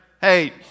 Hey